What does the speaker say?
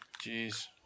Jeez